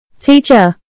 Teacher